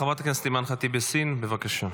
חברת הכנסת אימאן ח'טיב יאסין, בבקשה.